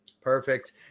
Perfect